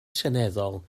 seneddol